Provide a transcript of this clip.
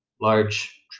large